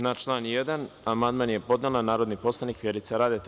Na član 1. amandman je podnela narodni poslanik Vjerica Radeta.